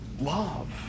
love